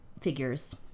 figures